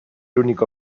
único